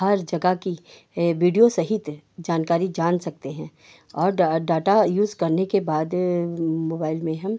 हर जगह का वीडियो सहित जानकारी जान सकते हैं और डाटा यूज़ करने के बाद मोबाइल में हम